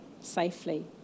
safely